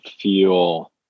feel